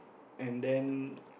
and then